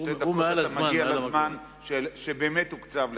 אתה כבר מעל הזמן שבאמת הוקצב לך.